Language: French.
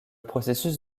processus